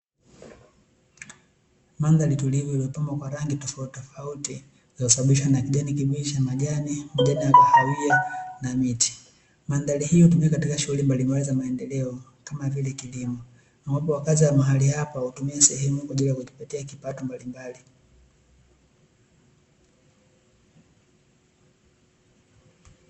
Mandhari tulivu iliyopambwa kwa rangi tofautitofauti iliyosababishwa na kijani kibichi na majani, majani ya kahawia na miti, mandhari hii hutumika katika shughuli mbalimbali za maendeleo kama vile kilimo, ambapo wakazi wa mahali hapa hutumia sehemu hii kwaajili ya kujipatia kipato mbalimbali.